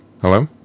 Hello